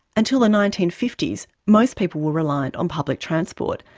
until the nineteen fifty s, most people were reliant on public transport,